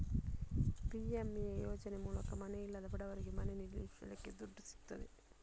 PMA ಯೋಜನೆ ಮೂಲಕ ಮನೆ ಇಲ್ಲದ ಬಡವರಿಗೆ ಮನೆ ನಿರ್ಮಿಸಲಿಕ್ಕೆ ದುಡ್ಡು ಸಿಗ್ತದೆ